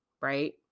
right